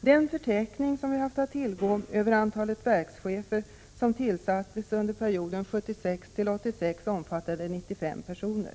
Den förteckning som vi har haft att tillgå över antalet verkschefer som Fädenstjänsredtöviing tillsattes under perioden 1976-1986 omfattade 95 personer.